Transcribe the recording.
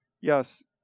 Yes